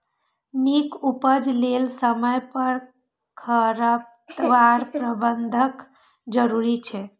नीक उपज लेल समय पर खरपतवार प्रबंधन जरूरी छै